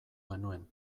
genuen